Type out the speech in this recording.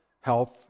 health